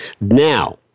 Now